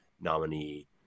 nominee